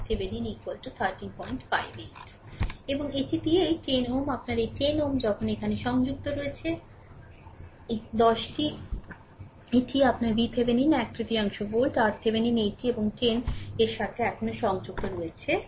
সুতরাং মোটটি RThevenin 1358 Ω এবং এটি দিয়ে এই 10 Ω আপনার এই 10 Ω এখন এখানে সংযুক্ত রয়েছে 10 এটিই আপনার VThevenin এক তৃতীয়াংশ ভোল্ট RThevenin এইটি এবং 10 এর সাথে এখানে সংযুক্ত রয়েছে